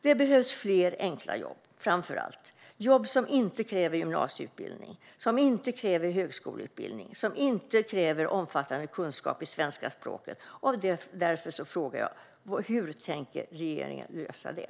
Det behövs framför allt fler enkla jobb - jobb som inte kräver gymnasieutbildning eller högskoleutbildning och som inte kräver omfattande kunskap i svenska språket. Därför frågar jag: Hur tänker regeringen lösa det?